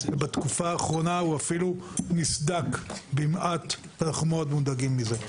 בתקופה האחרונה הוא אפילו נסדק במעט ואנחנו מאוד מודאגים מזה.